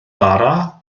bara